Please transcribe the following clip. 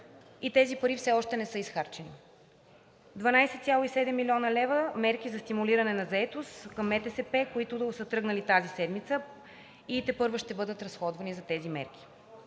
и тези пари все още не са изхарчени. 12,7 млн. лв. – мерки за стимулиране на заетост към МТСП, които са тръгнали тази седмица и тепърва ще бъдат разходвани за тези мерки.